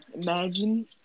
Imagine